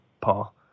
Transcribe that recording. Paul